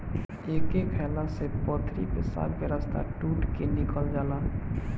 एके खाएला से पथरी पेशाब के रस्ता टूट के निकल जाला